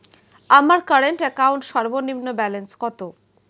আমার current account সর্বনিম্ন balance কত?